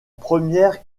première